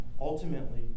Ultimately